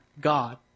God